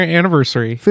anniversary